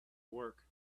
work